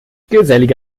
gesellige